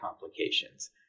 complications